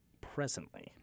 presently